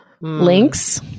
links